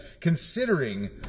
considering